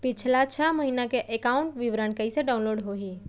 पिछला छः महीना के एकाउंट विवरण कइसे डाऊनलोड होही?